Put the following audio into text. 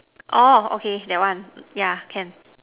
oh okay that one yeah can